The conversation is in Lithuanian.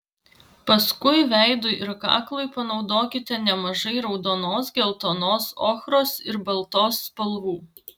paskui veidui ir kaklui panaudokite nemažai raudonos geltonos ochros ir baltos spalvų